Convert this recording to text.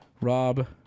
Rob